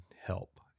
help